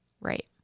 Right